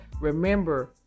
Remember